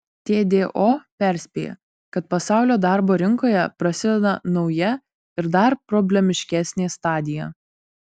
tdo perspėja kad pasaulio darbo rinkoje prasideda nauja ir dar problemiškesnė stadija